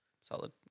Solid